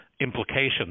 implications